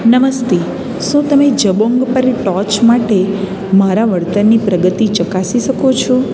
નમસ્તે શું તમે જબોંગ પર ટોચ માટે મારા વળતરની પ્રગતિ ચકાસી શકો છો